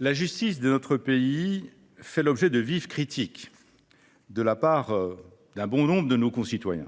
la justice de notre pays fait l’objet de vives critiques de la part de bon nombre de nos concitoyens :